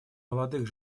молодых